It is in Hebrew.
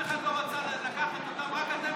אף אחד לא רצה לקחת אותם, רק אתם